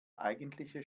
eigentliche